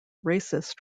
racist